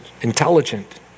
intelligent